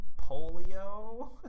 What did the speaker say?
polio